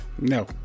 No